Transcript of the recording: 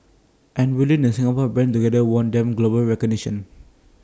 and building the Singapore brand together won them global recognition